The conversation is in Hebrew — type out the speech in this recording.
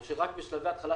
או שרק בשלבי התחלה,